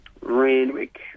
Randwick